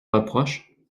reproches